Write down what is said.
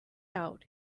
out